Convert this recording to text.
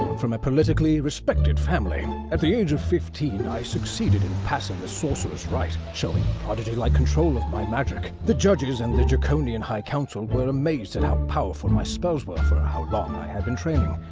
from a politically respected family, at the age of fifteen, i succeeded in passing the sorcerer's rite, showing prodigy-like control my magic. the judges and the draconian high council were amazed at how powerful my spells were for ah how long i had been training.